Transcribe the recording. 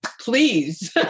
please